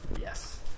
yes